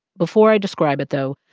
before i describe it, though,